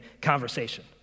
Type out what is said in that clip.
conversation